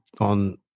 on